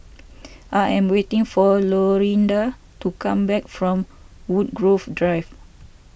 I am waiting for Lorinda to come back from Woodgrove Drive